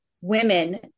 women